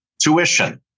tuition